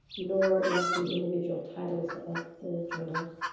nor is the individual titles of the journals.